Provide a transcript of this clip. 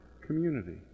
community